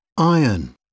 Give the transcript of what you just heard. Iron